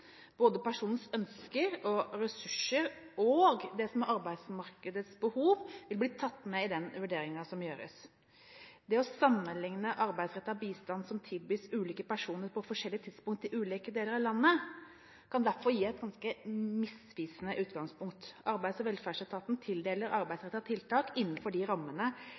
Både personens ønsker, ressurser, og det som er arbeidsmarkedets behov, vil bli tatt med i den vurderingen som gjøres. Det å sammenligne arbeidsrettet bistand som tilbys ulike personer på forskjellig tidspunkt i ulike deler av landet, kan derfor gi et ganske misvisende utgangspunkt. Arbeids- og velferdsetaten tildeler arbeidsrettet tiltak innenfor de rammene